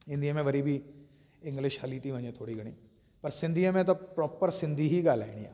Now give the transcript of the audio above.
हिंदीअ में वरी बि इंगलिश हली थी वञे थोरी घणी पर सिंधीअ में त प्रोपर सिंधी ई ॻाल्हाइणी आहे